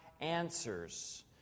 answers